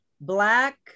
black